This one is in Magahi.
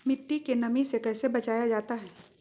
मट्टी के नमी से कैसे बचाया जाता हैं?